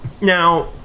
Now